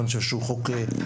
ואני חושב שהוא חוק משמעותי.